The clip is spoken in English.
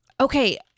Okay